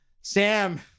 sam